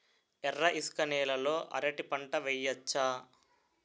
ఎర్ర ఇసుక నేల లో అరటి పంట వెయ్యచ్చా?